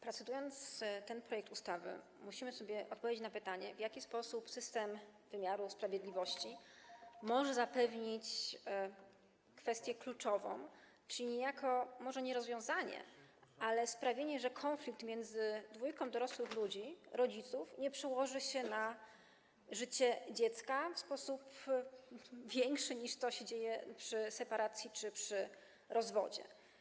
Procedując ten projekt ustawy, musimy sobie odpowiedzieć na pytanie, w jaki sposób system wymiaru sprawiedliwości może zapewnić kwestię kluczową czy niejako może nie rozwiązanie, ale sprawienie, że konflikt między dwójką dorosłych ludzi, rodziców, nie przełoży się na życie dziecka w sposób bardziej dotkliwy, niż to się dzieje przy separacji czy przy rozwodzie.